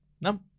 No